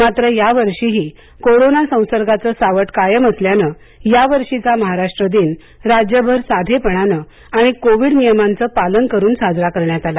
मात्र यावर्षीही कोरोना संसर्गाचं सावट कायम असल्यानं यावर्षीचा महाराष्ट्र दिन राज्यभर साधेपणानं आणि कोविड नियमांचं पालन करून साजरा करण्यात आला